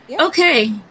Okay